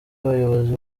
abayobozi